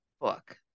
book